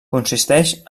consisteix